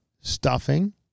stuffing